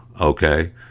okay